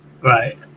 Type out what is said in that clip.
Right